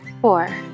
Four